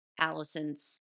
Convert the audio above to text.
Allison's